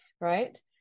right